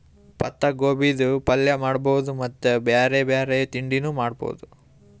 ಪತ್ತಾಗೋಬಿದ್ ಪಲ್ಯ ಮಾಡಬಹುದ್ ಮತ್ತ್ ಬ್ಯಾರೆ ಬ್ಯಾರೆ ತಿಂಡಿನೂ ಮಾಡಬಹುದ್